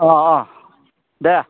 अ अ दे